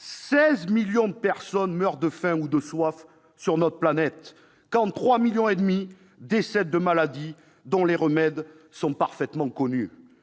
16 millions de personnes meurent de faim ou de soif sur la planète, tandis que 3,5 millions décèdent de maladies dont les remèdes sont parfaitement connus.